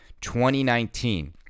2019